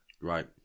Right